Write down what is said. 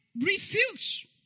refuse